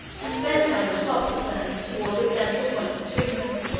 and bent down the tops of them toward the central point between them.